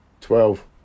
Twelve